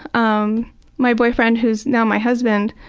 um my boyfriend, who's now my husband.